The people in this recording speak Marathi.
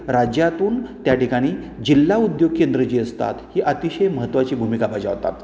राज्यातून त्या ठिकाणी जिल्हा उद्योग केंद्र जी असतात ही अतिशय महत्वाची भूमिका बजावतात